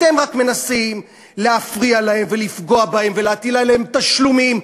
אתם רק מנסים להפריע להם ולפגוע בהם ולהטיל עליהם תשלומים,